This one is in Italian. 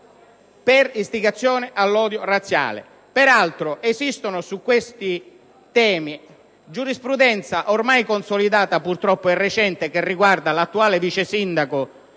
per istigazione all'odio razziale.